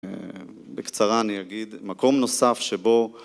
בקצרה אני אגיד, מקום נוסף שבו